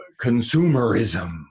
consumerism